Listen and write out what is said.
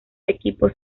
equipos